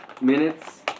minutes